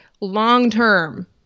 long-term